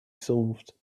solved